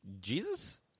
Jesus